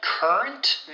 Current